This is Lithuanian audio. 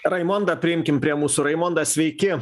raimondą priimkim prie mūsų raimonda sveiki